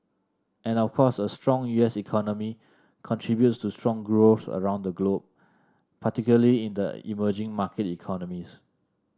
and of course a strong U S economy contributes to strong growth around the globe particularly in the emerging market economies